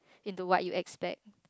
into what you expect